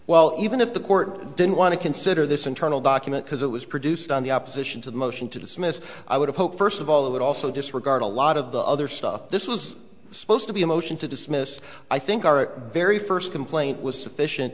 well even if the court didn't want to consider this internal document because it was produced on the opposition to the motion to dismiss i would hope first of all they would also disregard a lot of the other stuff this was supposed to be a motion to dismiss i think our very first complaint was sufficient